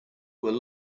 were